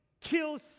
kills